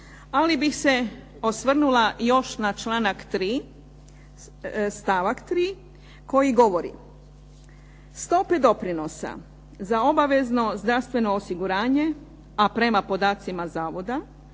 ali bih se osvrnula još na članak 3. stavak 3. koji govori: "stope doprinosa za obavezno zdravstveno osiguranje, a prema podacima zavoda